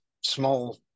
small